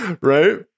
Right